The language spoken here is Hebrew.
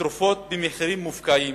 תרופות במחירים מופקעים,